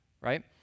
Right